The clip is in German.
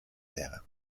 wäre